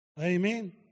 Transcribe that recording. Amen